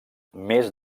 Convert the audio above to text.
més